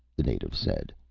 the native said.